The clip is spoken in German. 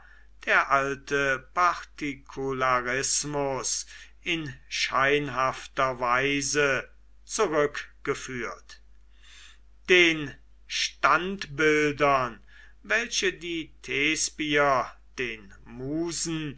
der alte partikularismus in scheinhafter weise zurückgeführt den standbildern welche die thespier den musen